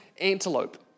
antelope